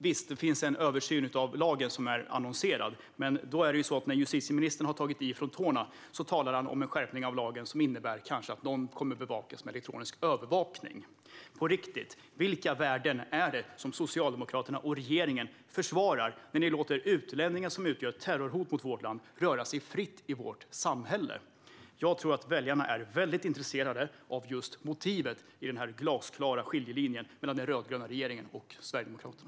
Visst, en översyn av lagen är aviserad, men när justitieministern tar ifrån tårna talar han om en skärpning av lagen som kanske innebär att någon kommer att bevakas med elektronisk övervakning. På riktigt - vilka värden är det Socialdemokraterna och regeringen försvarar när man låter utlänningar som utgör ett terrorhot mot vårt land röra sig fritt i vårt samhälle? Jag tror att väljarna är väldigt intresserade av just motivet i denna glasklara skiljelinje mellan den rödgröna regeringen och Sverigedemokraterna.